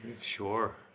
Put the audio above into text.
Sure